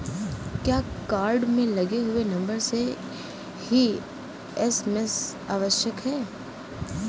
क्या कार्ड में लगे हुए नंबर से ही एस.एम.एस आवश्यक है?